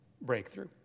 breakthrough